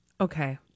Okay